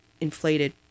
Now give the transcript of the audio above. inflated